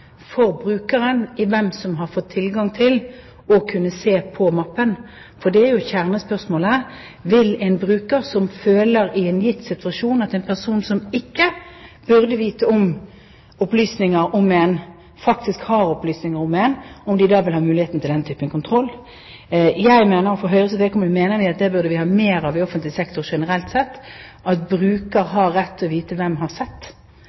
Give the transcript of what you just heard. for brukeren – altså se hvem som har fått tilgang til å se på mappen. For det er jo kjernespørsmålet: Vil en bruker som i en gitt situasjon føler at en person som ikke burde ha opplysninger om en, faktisk har opplysninger om en, da ha muligheten til den typen kontroll? Fra Høyres side mener vi at det burde vi ha mer av i offentlig sektor generelt sett, nemlig at en bruker skal ha rett til å vite hvem som har sett.